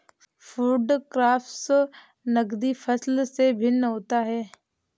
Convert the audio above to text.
food crops नगदी फसल से भिन्न होता है